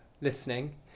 listening